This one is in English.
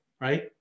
right